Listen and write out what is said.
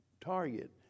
target